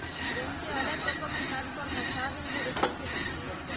ব্যাংকে অলেক রকমের কাজ কর্ম সারা দিন ধরে চ্যলতে থাক্যে